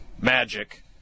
magic